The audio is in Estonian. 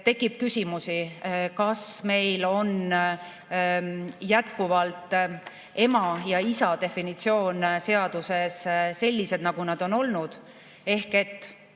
tekib küsimusi, kas meil on jätkuvalt ema ja isa definitsioon seaduses sellised, nagu nad on olnud, ehk et